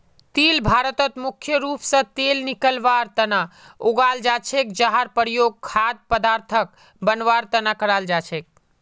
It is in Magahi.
तिल भारतत मुख्य रूप स तेल निकलवार तना उगाल जा छेक जहार प्रयोग खाद्य पदार्थक बनवार तना कराल जा छेक